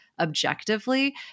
Objectively